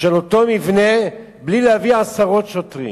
של אותו מבנה בלי להביא עשרות שוטרים,